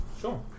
Sure